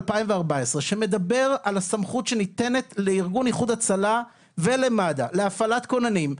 2014 שמדבר על הסמכות שניתנת לארגון איחוד הצלה ולמד"א להפעלת כוננים.